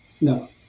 No